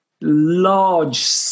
large